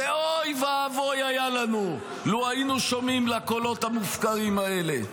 ואוי ואבוי היה לנו לו היינו שומעים לקולות המופקרים האלה.